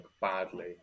badly